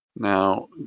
Now